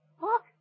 Look